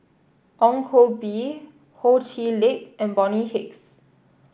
Ong Koh Bee Ho Chee Lick and Bonny Hicks